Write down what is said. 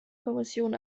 kommission